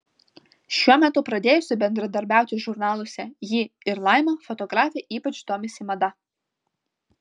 šiuo metu pradėjusi bendradarbiauti žurnaluose ji ir laima fotografė ypač domisi mada